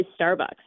Starbucks